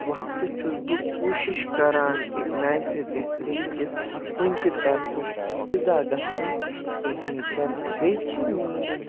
وَقتہٕ چھُس بہٕ کوٗشِش کَران کہِ میٛانہِ سۭتۍ گَژھِ نہٕ بیٚکِس کُنہِ تہِ طرفُک اِزا گژھُن کِہیٖنۍ تہِ نہٕ بیٚیہِ چھِ میٛٲنۍ